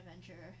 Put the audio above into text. adventure